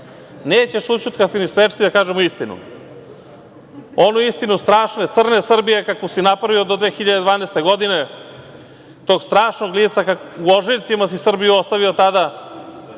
Nećeš ućutkati ni sprečiti da kažemo istinu, onu istinu strašne, crne Srbije, kakvu si napravio do 2012. godine, tog strašnog lica, u ožiljcima si Srbiju ostavio tada